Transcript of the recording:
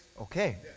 Okay